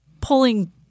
pulling